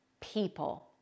people